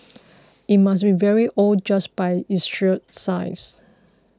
it must be very old just by its sheer size